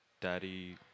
daddy